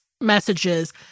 messages